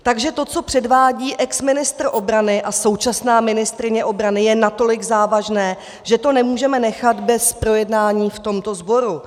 Takže to, co předvádí exministr obrany a současná ministryně obrany, je natolik závažné, že to nemůžeme nechat bez projednání v tomto sboru.